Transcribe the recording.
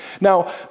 Now